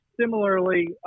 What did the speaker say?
similarly